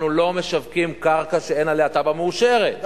אנחנו לא משווקים קרקע שאין עליה תב"ע מאושרת,